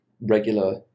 regular